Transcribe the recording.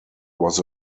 was